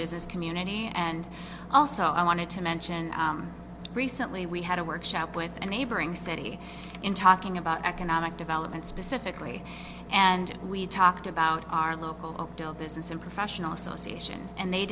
business community and also i wanted to mention recently we had a workshop with a neighboring city in talking about economic development specifically and we talked about our local business and professional association and they